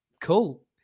cool